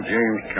James